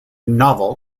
novel